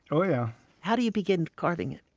oh, yeah how do you begin carving it?